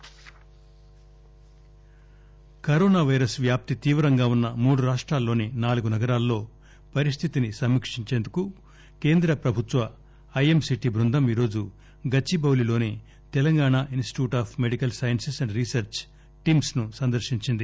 కేంద్ర బ్ఫదం కరోనాపైరస్ వ్యాప్తి తీవ్రంగా ఉన్న మూడు రాష్టాలలోని నాలుగు నగరాలలో పరిస్థితిని సమీక్షించేందుకు కేంద్ర ప్రభుత్వ ఐఎంసిటి బృందం ఈ రోజు గచ్చిబౌలిలోని Telangana institute of medical sciences and research టిమ్స్ను సందర్శించింది